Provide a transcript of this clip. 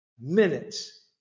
minutes